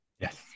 Yes